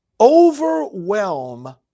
overwhelm